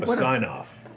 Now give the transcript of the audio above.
but sign-off,